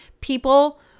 people